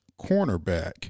cornerback